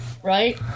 right